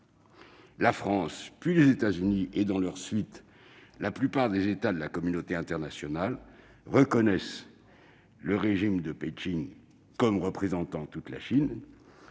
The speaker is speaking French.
La France, puis les États-Unis et, à leur suite, la plupart des États de la communauté internationale ont reconnu le régime de Beijing comme le représentant de toute la Chine.